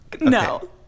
No